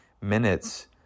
minutes